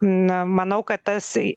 na manau kad tas